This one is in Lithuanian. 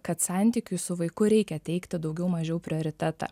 kad santykiui su vaiku reikia teikti daugiau mažiau prioritetą